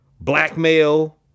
blackmail